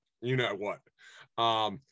you-know-what